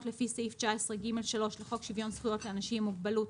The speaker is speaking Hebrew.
לפי סעיף 19(ג3) לחוק שוויון זכויות לאנשים עם מוגבלות,